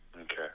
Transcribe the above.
okay